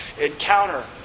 encounter